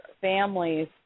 families